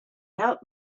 helped